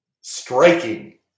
striking